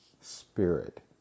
Spirit